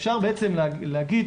אפשר בעצם להגיד,